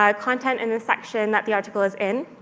um content in the section that the article is in,